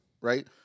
right